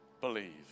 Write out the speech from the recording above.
believe